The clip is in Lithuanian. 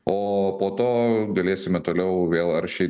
o po to galėsime toliau vėl aršiai